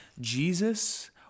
Jesus